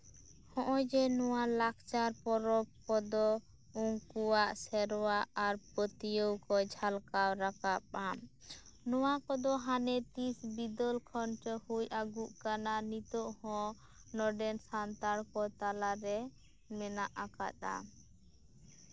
ᱦᱚᱸᱜᱼᱚᱭ ᱡᱮ ᱱᱚᱣᱟ ᱞᱟᱠᱪᱟᱨ ᱯᱚᱨᱚᱵ ᱫᱚ ᱩᱱᱠᱩᱣᱟᱜ ᱥᱮᱨᱣᱟ ᱟᱨ ᱯᱟᱹᱛᱭᱟᱹᱣ ᱠᱚ ᱡᱷᱟᱞᱠᱟᱣ ᱨᱟᱠᱟᱵᱼᱟ ᱱᱚᱣᱟ ᱠᱚᱫᱚ ᱦᱟᱱᱮ ᱛᱤᱥ ᱵᱤᱫᱟᱹᱞ ᱠᱷᱚᱱ ᱪᱚᱝ ᱦᱩᱭ ᱟᱹᱜᱩᱜ ᱠᱟᱱᱟ ᱱᱤᱛᱳᱜ ᱦᱚᱸ ᱱᱚᱸᱰᱮᱱ ᱥᱟᱱᱛᱟᱲ ᱠᱚ ᱛᱟᱞᱟᱨᱮ ᱢᱮᱱᱟᱜ ᱟᱠᱟᱫᱼᱟ